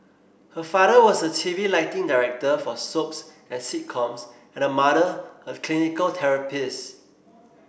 her father was a TV lighting director for soaps and sitcoms and her mother a clinical therapist